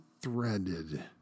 threaded